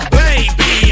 baby